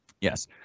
Yes